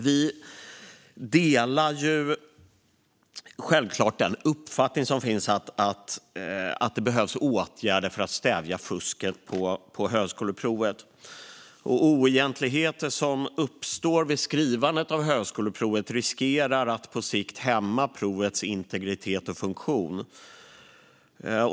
Vi delar självklart uppfattningen att det behövs åtgärder för att stävja fusket på högskoleprovet. Oegentligheter vid skrivandet av högskoleprovet riskerar att på sikt hämma provets integritet och funktion.